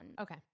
Okay